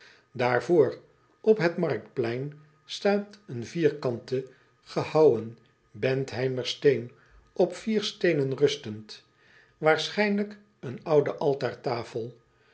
aarvoor op het marktplein staat een vierkante gehouwen entheimer steen op vier steenen rustend waarschijnlijk een oude altaartafel